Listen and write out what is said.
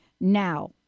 Now